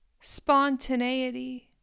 spontaneity